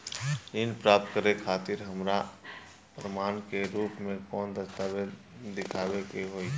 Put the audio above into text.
ऋण प्राप्त करे खातिर हमरा प्रमाण के रूप में कौन दस्तावेज़ दिखावे के होई?